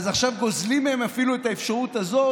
אז עכשיו גוזלים מהם אפילו את האפשרות הזאת.